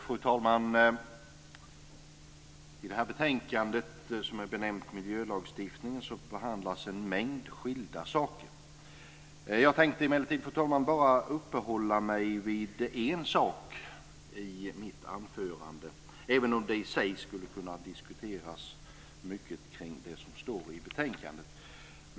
Fru talman! I det här betänkandet, som är benämnt Miljölagstiftning, behandlas en mängd skilda saker. Jag tänkte emellertid bara uppehålla mig vid en sak i mitt anförande, även om det i sig skulle kunna diskuteras mycket kring det som står i betänkandet.